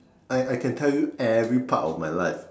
I I can tell you every part of my life